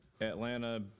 Atlanta